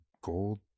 gold